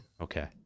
okay